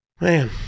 man